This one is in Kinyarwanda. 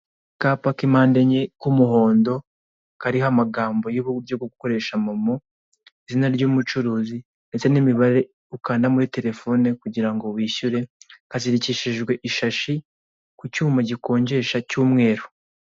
Akapa k'impande enye k'umuhondo, kariho amagambo y'uburyo bwo gukoresha momo izina ry'umucuruzi ndetse n'imibare ukanda muri telefone kugira ngo wishyure, kazirikishijwe ishashi, ku cyuma gikojesha cy'umweru.